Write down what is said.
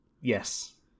Yes